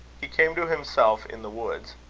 he came to himself in the woods.